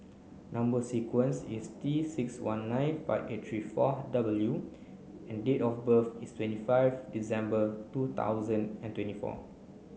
number sequence is T six one nine five eight three four W and date of birth is twenty five December two thousand and twenty four